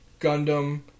Gundam